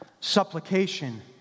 supplication